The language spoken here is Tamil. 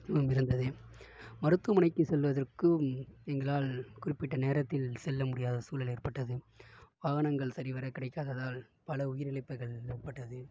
ம் இருந்தது மருத்துவமனைக்குச் செல்வதற்கும் எங்களால் குறிப்பிட்ட நேரத்தில் செல்ல முடியாத சூழல் ஏற்பட்டது வாகனங்கள் சரிவர கிடைக்காததால் பல உயிரிழப்புகள் ஏற்பட்டது